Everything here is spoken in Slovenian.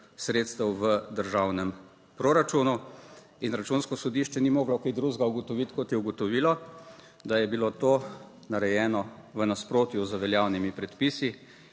sredstev v državnem proračunu in Računsko sodišče ni moglo kaj drugega ugotoviti, kot je ugotovilo, da je bilo to narejeno v nasprotju z veljavnimi predpisi,